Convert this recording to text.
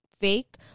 fake